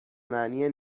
معنی